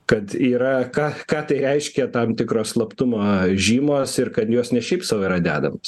kad yra ką ką tai reiškia tam tikro slaptumo žymos ir kad jos ne šiaip sau yra dedamos